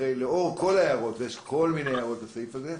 לאור כל ההערות, ויש כל מיני הערות בסעיף הזה,